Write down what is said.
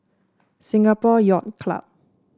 Singapore Yacht Club